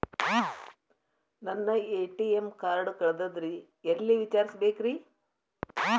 ನನ್ನ ATM card ಕಳದದ್ರಿ ಎಲ್ಲಿ ವಿಚಾರಿಸ್ಬೇಕ್ರಿ?